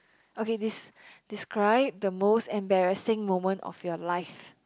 okay this describe the most embarrassing moment of your life